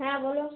হ্যাঁ বলো